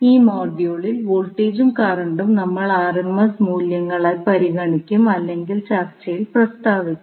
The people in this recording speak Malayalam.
ഈ മൊഡ്യൂളിൽ വോൾട്ടേജും കറന്റും നമ്മൾ ആർഎംഎസ് മൂല്യങ്ങളിൽ പരിഗണിക്കും അല്ലെങ്കിൽ ചർച്ചയിൽ പ്രസ്താവിക്കും